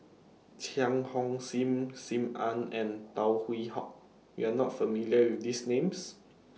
Cheang Hong SIM SIM Ann and Tan Hwee Hock YOU Are not familiar with These Names